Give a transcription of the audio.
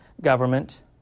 government